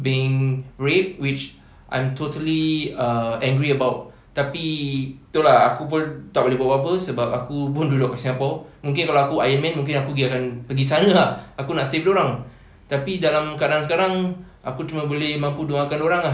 being raped which I'm totally uh angry about tapi tu lah aku pun tak boleh buat apa-apa sebab aku pun duduk singapore mungkin kalau aku ironman mungkin aku akan pergi sana lah aku nak save dorang tapi dalam keadaan sekarang aku cuma boleh mampu doa kan dorang ah